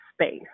space